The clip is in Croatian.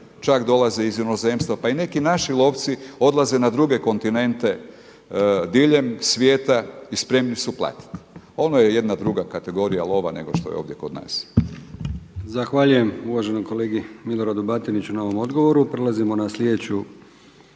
čak dolaze iz inozemstva. Pa i neki naši lovci odlaze na druge kontinente diljem svijeta i spremni su platiti. Ono je jedna druga kategorija lova nego što je ovdje kod nas. **Brkić, Milijan (HDZ)** Zahvaljujem uvaženom kolegi Miloradu Batiniću na ovom odgovoru. Prelazimo na sljedeću